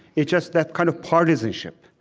it just that kind of partisanship,